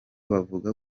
bakavuga